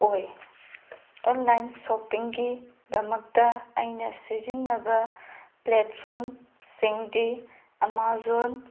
ꯑꯣꯏ ꯑꯣꯟꯂꯥꯏꯟ ꯁꯣꯞꯄꯤꯡꯒꯤꯗꯃꯛꯇ ꯑꯩꯅ ꯁꯤꯖꯤꯟꯅꯕ ꯄ꯭ꯂꯦꯠꯐꯣꯝꯁꯤꯡꯗꯤ ꯑꯃꯥꯖꯣꯟ